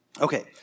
Okay